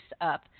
up